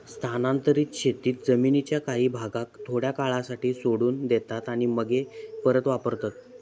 स्थानांतरीत शेतीत जमीनीच्या काही भागाक थोड्या काळासाठी सोडून देतात आणि मगे परत वापरतत